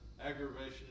aggravation